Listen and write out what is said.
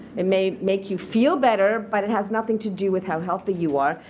it may make you feel better. but it has nothing to do with how healthy you are.